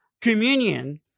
communion